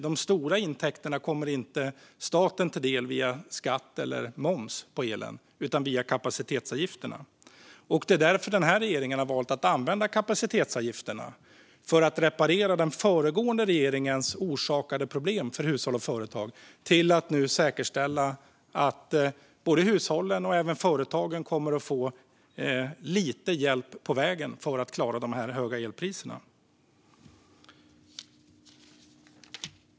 De stora intäkterna kommer alltså inte staten till del via skatt eller moms på elen utan via kapacitetsavgifterna. Det är därför regeringen har valt att använda kapacitetsavgifterna för att reparera den föregående regeringens orsakade problem för hushåll och företag. Avgifterna används nu till att säkerställa att hushållen och även företagen kommer att få lite hjälp på vägen för att klara de höga elpriserna.